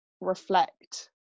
reflect